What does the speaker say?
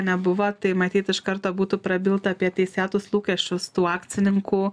nebuvo tai matyt iš karto būtų prabilta apie teisėtus lūkesčius tų akcininkų